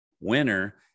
winner